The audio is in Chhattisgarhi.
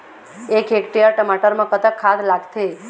एक हेक्टेयर टमाटर म कतक खाद लागथे?